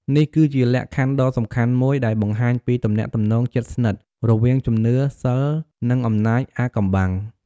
នេះគឺជាលក្ខខណ្ឌដ៏សំខាន់មួយដែលបង្ហាញពីទំនាក់ទំនងជិតស្និទ្ធរវាងជំនឿ សីល និងអំណាចអាថ៌កំបាំង។